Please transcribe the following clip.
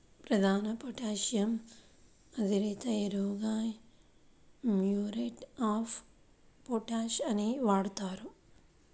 ప్రధాన పొటాషియం ఆధారిత ఎరువుగా మ్యూరేట్ ఆఫ్ పొటాష్ ని వాడుతారు